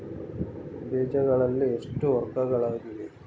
ಬೇಜಗಳಲ್ಲಿ ಎಷ್ಟು ವರ್ಗಗಳಿವೆ?